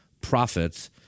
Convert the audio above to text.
profits